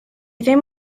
ddim